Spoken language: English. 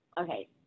okay